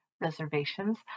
reservations